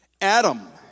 Adam